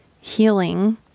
healing